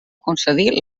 concedir